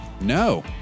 No